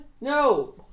No